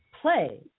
play